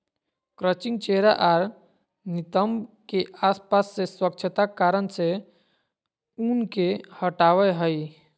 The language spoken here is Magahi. क्रचिंग चेहरा आर नितंब के आसपास से स्वच्छता कारण से ऊन के हटावय हइ